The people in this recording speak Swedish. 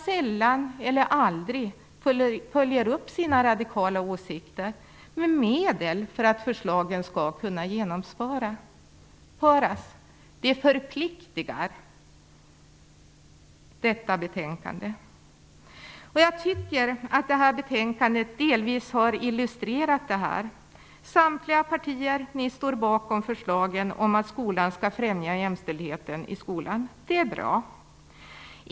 Sällan eller aldrig följer man upp sina radikala åsikter med medel för att förslagen skall kunna genomföras. Detta betänkande förpliktar. Jag tycker att detta betänkande delvis har illustrerat det här. Samtliga partier står bakom förslagen om att skolan skall främja jämställdheten i skolan, och det är bra.